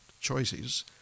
choices